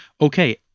okay